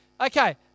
Okay